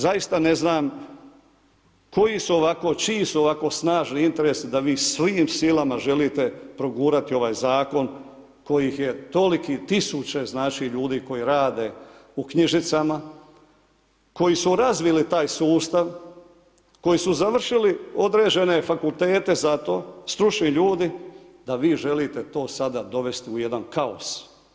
Zaista ne znam koji su, čiji su ovako snažni interesi, da vi svim silama želite progurati ovaj zakon kojih je tolikih 1000 ljudi koji rade u knjižnicama, koji su razvili taj sustav koji su završile određene fakultete za to, stručni ljudi, da vi želite to sada dovesti u jedan kaos.